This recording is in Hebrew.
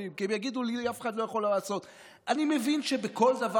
אני לא חושב שאתה